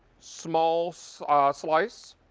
small so ah slice,